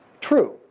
True